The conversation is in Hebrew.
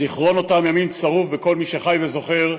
זיכרון אותם ימים צרוב בכל מי שחי וזוכר,